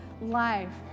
life